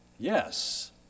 Yes